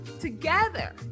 together